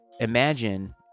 imagine